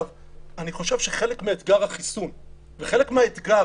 אני חושב שחלק מאתגר החיסון וחלק מהאתגר